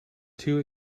too